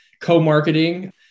co-marketing